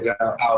out